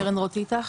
קרן רוט איטח,